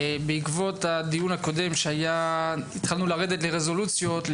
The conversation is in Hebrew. בעקבות הדיון הקודם בו התחלנו לרדת לרזולוציות,